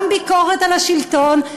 גם ביקורת על השלטון,